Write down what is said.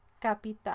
capital